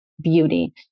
beauty